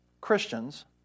Christians